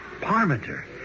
Parmenter